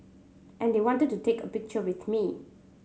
and they wanted to take a picture with me